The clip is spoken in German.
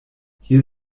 hier